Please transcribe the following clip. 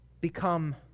become